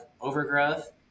overgrowth